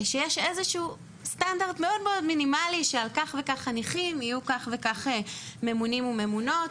שיש סטנדרט מאוד מינימלי שעל כך וכך חניכים יהיו ממונים וממונות,